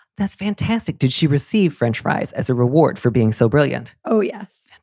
that's fantastic. did she received french fries as a reward for being so brilliant? oh, yes.